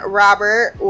robert